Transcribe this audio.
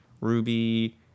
Ruby